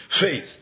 faith